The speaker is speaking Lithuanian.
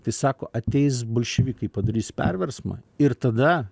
tai sako ateis bolševikai padarys perversmą ir tada